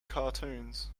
cartoons